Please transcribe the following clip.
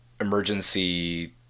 emergency